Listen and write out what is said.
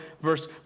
verse